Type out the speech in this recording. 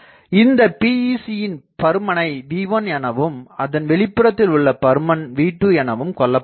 இந்த PEC யின் பருமனை V1 எனவும் அதன் வெளிப்புறத்தில் உள்ள பருமன் V2 எனவும் கொள்ளபடுகிறது